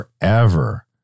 forever